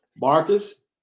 Marcus